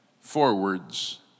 Forwards